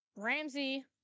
Ramsey